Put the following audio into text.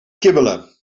kibbelen